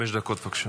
חמש דקות, בבקשה.